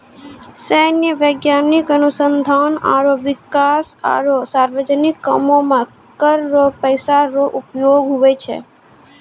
सैन्य, वैज्ञानिक अनुसंधान आरो बिकास आरो सार्वजनिक कामो मे कर रो पैसा रो उपयोग हुवै छै